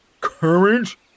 Courage